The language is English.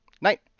night